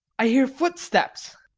i hear footsteps!